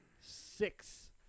six